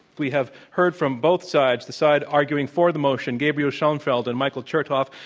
we have heard from both sides, the side arguing for the motion gabriel schoenfeld and michael chertoff,